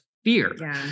fear